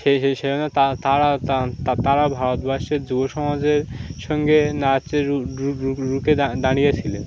সেজন্য তারা ভারতবর্ষের যুব সমাজের সঙ্গে নাচের রুখে দাঁ দাঁড়িয়েছিলেন